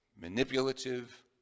manipulative